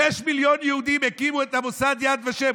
שישה מיליון יהודים הקימו את המוסד יד ושם.